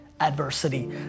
adversity